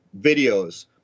videos